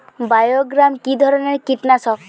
বায়োগ্রামা কিধরনের কীটনাশক?